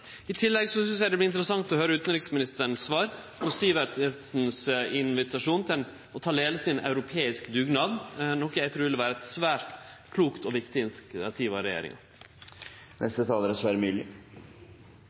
I tillegg synest eg det vert interessant å høyre utanriksministeren sitt svar på Eirik Sivertsens invitasjon til å ta leiinga i ein europeisk dugnad, noko eg trur vil vere eit svært klokt og viktig initiativ frå regjeringa.